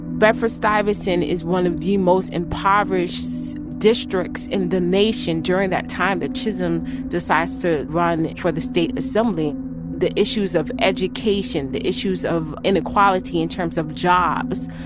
bedford-stuyvesant is one of the most impoverished districts in the nation during that time that chisholm decides to run for the state assembly the issues of education, the issues of inequality in terms of jobs,